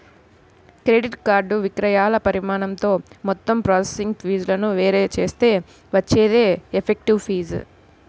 credit card విక్రయాల పరిమాణంతో మొత్తం ప్రాసెసింగ్ ఫీజులను వేరు చేస్తే వచ్చేదే ఎఫెక్టివ్ ఫీజు